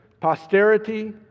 posterity